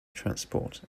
transport